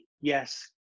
yes